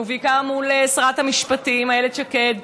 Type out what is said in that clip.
ובעיקר מול שרת המשפטים איילת שקד,